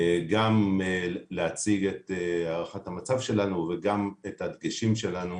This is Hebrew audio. גם להציג את הערכת המצב שלנו וגם את הדגשים שלנו